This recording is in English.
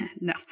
No